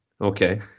Okay